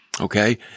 okay